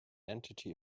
entity